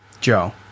Joe